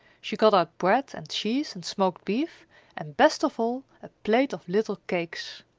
she got out bread and cheese and smoked beef and, best of all, a plate of little cakes.